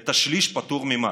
את השליש פטור ממס.